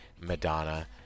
Madonna